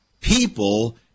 people